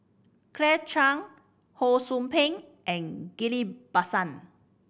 Claire Chiang Ho Sou Ping and Ghillie Basan